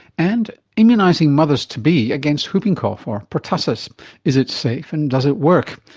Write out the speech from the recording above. and immunising mothers to be against whooping cough, or pertussis is it safe and does it work?